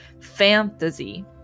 fantasy